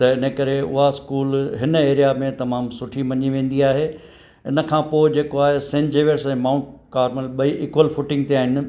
त इन करे उहा इस्कूल हिन एरिया में तमामु सुठी मनी वेंदी आहे इन खां पोइ जेको आहे सेन जेवियर्स ऐं माउंट कार्मेल ॿई इक्वल फूटिंग ते आहिनि